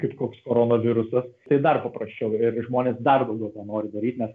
kaip koks koronavirusas tai dar paprasčiau ir žmonės dar daugiau to nori daryt nes